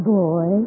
boy